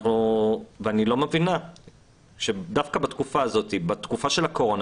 אני לא מבינה למה דווקא בתקופה הזאת של הקורונה